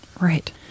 Right